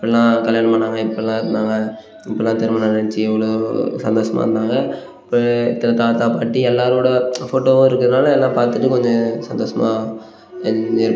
இப்படில்லாம் கல்யாணம் பண்ணாங்கள் இப்படில்லாம் இருந்தாங்கள் இப்படில்லாம் திருமணம் நடந்துச்சி இவ்வளோ சந்தோசமாக இருந்தாங்கள் த தாத்தா பாட்டி எல்லாரோட ஃபோட்டோவும் இருக்கிறனால எல்லாம் பார்த்துட்டு கொஞ்சம் சந்தோசமாக எல்லில்